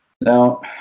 Now